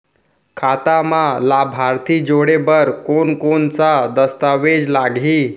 खाता म लाभार्थी जोड़े बर कोन कोन स दस्तावेज लागही?